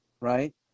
right